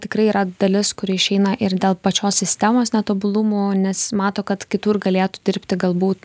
tikrai yra dalis kuri išeina ir dėl pačios sistemos netobulumų nes mato kad kitur galėtų dirbti galbūt